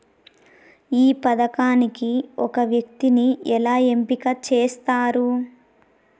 ఈ పథకానికి ఒక వ్యక్తిని ఎలా ఎంపిక చేస్తారు?